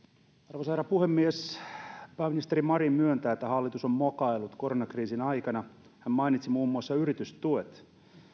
arvoisa herra puhemies pääministeri marin myöntää että hallitus on mokaillut koronakriisin aikana hän mainitsi muun muassa yritystuet